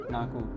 Naku